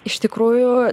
iš tikrųjų